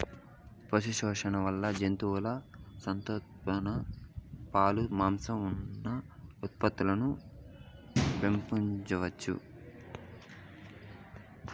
పశుపోషణ వల్ల జంతువుల సంతానోత్పత్తి, పాలు, మాంసం, ఉన్ని ఉత్పత్తులను పెంచవచ్చును